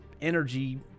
energy